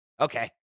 okay